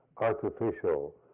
artificial